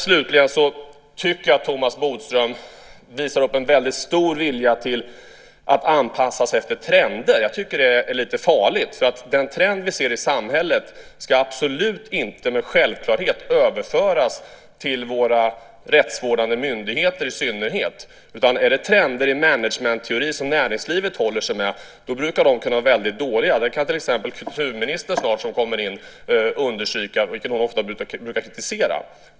Slutligen tycker jag att Thomas Bodström visar upp en mycket stor vilja att anpassa sig efter trender. Jag tycker att det är lite farligt. Den trend vi ser i samhället ska absolut inte med självklarhet överföras till våra rättsvårdande myndigheter, i synnerhet inte till dem. De trender i management teori som näringslivet håller sig med brukar kunna vara väldigt dåliga. Det kan till exempel kulturministern, som snart ska svara på en interpellation, understryka. Det brukar hon ofta kritisera.